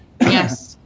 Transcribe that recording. Yes